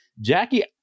Jackie